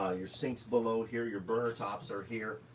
ah your sinks below here, your burner tops are here,